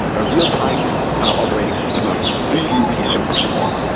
a real-time operating system, ah really, really super small.